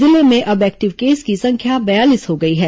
जिले में अब एक्टिव केस की संख्या बयालीस हो गई है